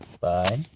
Bye